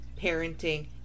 parenting